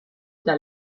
eta